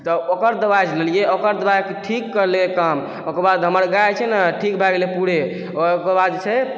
तऽ ओकर दबाइ जे लेलियै ओकर दबाइ कऽ ठीक काम ओकर बाद हमर गाय जे छै ने ठीक भए गेलै पूरे आओर ओकर बाद जे छै